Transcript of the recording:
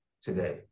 today